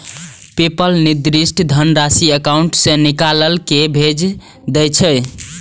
PayPal निर्दिष्ट धनराशि account सं निकालि कें भेज दै छै